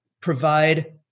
provide